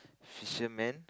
fisherman